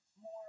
more